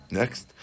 next